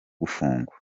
gufungwa